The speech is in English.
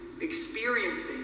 experiencing